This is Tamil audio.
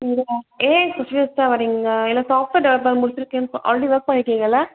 சிஏவா ஏன் இப்போ ஃபிரெஷாக வரீங்க ஏன்னால் சாப்ட்வேர் டெவலப்பர் முடித்திருக்கீங்க சொல் ஆல்ரெடி ஒர்க் பண்ணியிருக்கீங்கள்ல